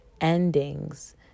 endings